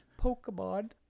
Pokemon